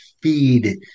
feed